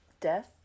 Death